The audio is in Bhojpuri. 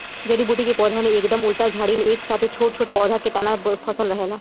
जड़ी बूटी के पौधा के एकदम उल्टा झाड़ी में एक साथे छोट छोट पौधा के तना फसल रहेला